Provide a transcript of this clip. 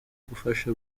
gufasha